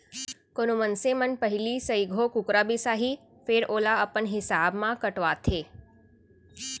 कोनो मनसे मन पहिली सइघो कुकरा बिसाहीं फेर ओला अपन हिसाब म कटवाथें